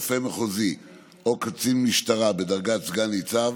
רופא מחוזי או קצין משטרה בדרגת סגן ניצב